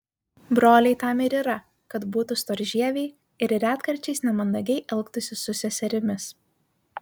broliai tam ir yra kad būtų storžieviai ir retkarčiais nemandagiai elgtųsi su seserimis